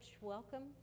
Welcome